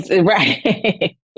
Right